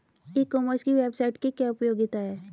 ई commerce की website की क्या उपयोगिता है?